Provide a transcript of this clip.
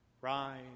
rise